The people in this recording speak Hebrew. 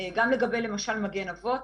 גם למשל לגבי מגן אבות,